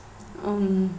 um